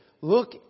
look